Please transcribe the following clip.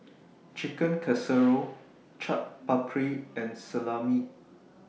Chicken Casserole Chaat Papri and Salami